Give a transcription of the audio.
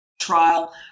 trial